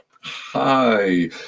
Hi